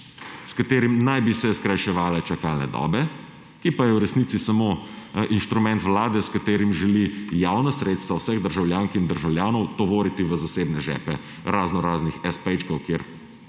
s katerim naj bi se skrajševale čakalne dobe, ki pa je v resnici samo inštrument vlade, s katerim želi javna sredstva vseh državljank in državljanov tovoriti v zasebne žepe raznoraznih espejčkov, kjer